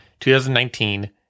2019